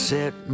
Set